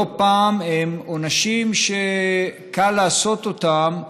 לא פעם הם עונשים שקל לעשות אותם,